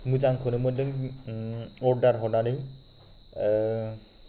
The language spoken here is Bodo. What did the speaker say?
मोजांखौनो मोन्दों अर्डार हरनानै